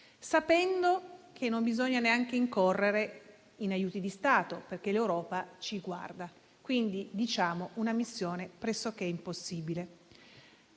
sapendo che non bisogna neanche incorrere in aiuti di Stato, perché l'Europa ci guarda. Quindi, una missione pressoché impossibile.